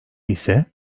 ise